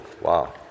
wow